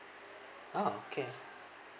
oh okay